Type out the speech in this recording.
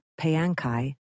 Payankai